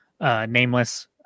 nameless